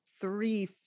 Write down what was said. three